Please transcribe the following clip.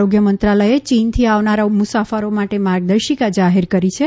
આરોગ્ય મંત્રાલયે પણ ચીનથી આવનારા મુસાફરો માટે માર્ગદર્શિકા જાહેર કરી છે